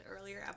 earlier